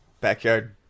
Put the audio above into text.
Backyard